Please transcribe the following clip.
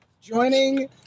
joining